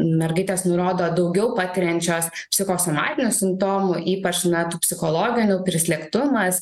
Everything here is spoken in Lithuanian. mergaitės nurodo daugiau patiriančios psichosomatinių simptomų ypač na tų psichologinių prislėgtumas